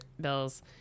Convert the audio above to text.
bills